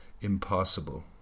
impossible